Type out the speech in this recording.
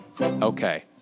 Okay